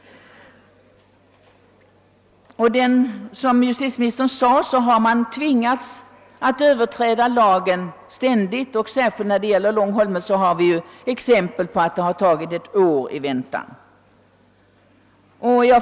Som justitieministern sade tvingas man att ständigt överträda lagen — från Långholmen har vi exempel på att personer kan få vänta ett år.